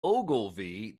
ogilvy